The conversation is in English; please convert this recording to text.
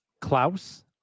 Klaus